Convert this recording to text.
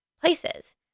places